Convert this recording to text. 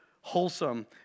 wholesome